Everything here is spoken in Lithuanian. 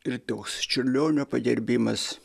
ir toks čiurlionio pagerbimas